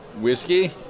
Whiskey